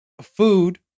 Food